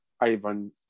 Ivan